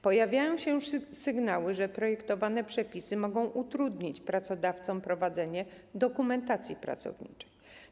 Pojawiają się sygnały, że projektowane przepisy mogą utrudnić pracodawcom prowadzenie dokumentacji pracowniczej.